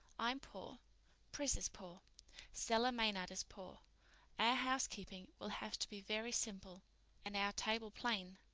i'm poor pris is poor stella maynard is poor our housekeeping will have to be very simple and our table plain.